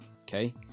okay